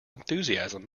enthusiasm